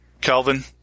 Calvin